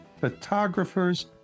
photographers